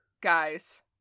guys